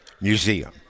Museum